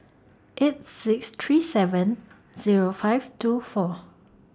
eight six three seven Zero five two four